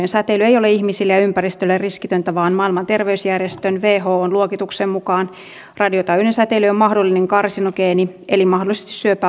radiotaajuinen säteily ei ole ihmisille ja ympäristölle riskitöntä vaan maailman terveysjärjestö whon luokituksen mukaan radiotaajuinen säteily on mahdollinen karsinogeeni eli mahdollisesti syöpää aiheuttava